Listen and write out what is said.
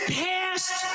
past